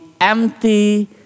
empty